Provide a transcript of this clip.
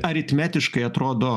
aritmetiškai atrodo